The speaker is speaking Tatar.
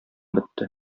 бетте